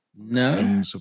No